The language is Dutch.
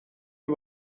hun